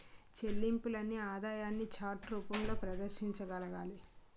చెల్లింపుల్ని ఆదాయాన్ని చార్ట్ రూపంలో ప్రదర్శించగలగాలి